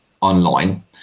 online